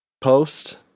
post